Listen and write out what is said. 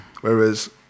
Whereas